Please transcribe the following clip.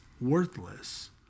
worthless